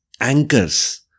anchors